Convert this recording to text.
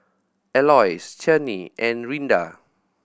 Aloys Chanie and Rinda